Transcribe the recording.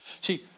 See